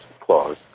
clause